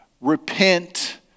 repent